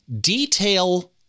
detail